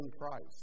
Christ